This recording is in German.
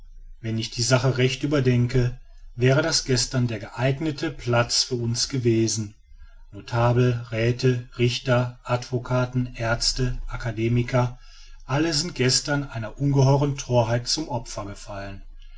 wenn ich die sache recht überdenke wäre das gestern der geeignete platz für uns gewesen notabeln räthe richter advocaten aerzte akademiker alle sind gestern einer ungeheuren thorheit zum opfer gefallen